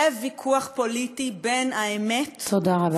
זה ויכוח פוליטי בין האמת, תודה רבה.